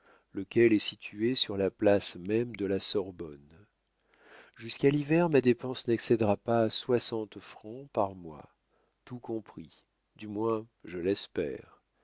lequel est situé sur la place même de la sorbonne jusqu'à l'hiver ma dépense n'excédera pas soixante francs par mois tout compris du moins je l'espère